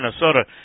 Minnesota